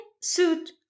suit